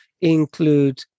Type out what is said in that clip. include